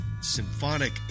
symphonic